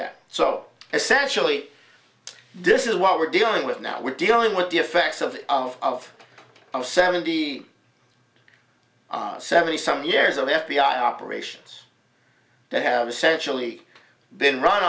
that so essentially this is what we're dealing with now we're dealing with the effects of of seventy seventy some years of f b i operations that have essentially been run